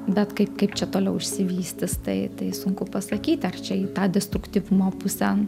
bet kaip kaip čia toliau išsivystys tai tai sunku pasakyti ar čia į tą destruktyvumo pusę